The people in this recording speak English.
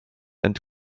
and